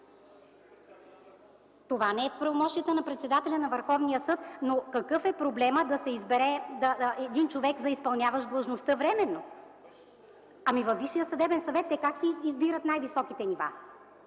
Това не е в правомощията на председателя на Върховния съд, но какъв е проблемът да се избере един човек за изпълняващ длъжността временно? Как във Висшия съдебен съвет си избират най-високите нива?